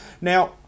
Now